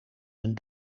een